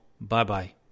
Bye-bye